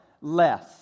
less